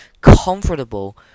comfortable